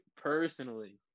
personally